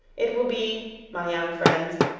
it will be, my young friends,